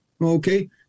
okay